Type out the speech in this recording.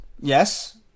Yes